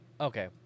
Okay